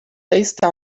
está